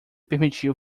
permitiu